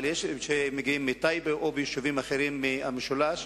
אבל יש שמגיעים מטייבה או מיישובים אחרים במשולש,